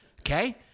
okay